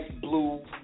blue